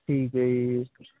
ਠੀਕ ਐ ਜੀ